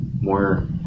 more